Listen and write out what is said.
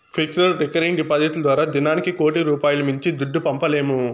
fixed, recurring డిపాడిట్లు ద్వారా దినానికి కోటి రూపాయిలు మించి దుడ్డు పంపలేము